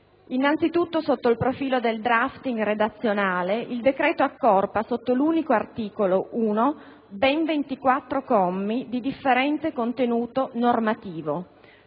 Innanzitutto, sotto il profilo del *drafting* redazionale, il decreto accorpa sotto l'unico articolo 1 ben 24 commi di differente contenuto normativo: